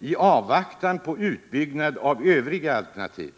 i avvaktan på utbyggnad av övriga alternativ.